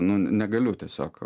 nu negaliu tiesiog